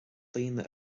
daoine